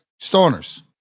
stoners